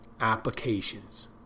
applications